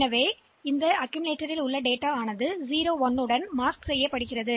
எனவே இங்கே சரியாக என்னா என்று சோதிக்கப்படுகிறது